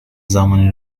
زمانی